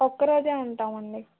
ఒక్క రోజే ఉంటామండి